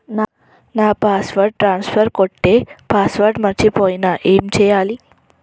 నా పైసల్ ట్రాన్స్ఫర్ కొట్టే పాస్వర్డ్ మర్చిపోయిన ఏం చేయాలి?